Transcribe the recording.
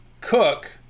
cook